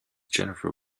jennifer